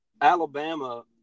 Alabama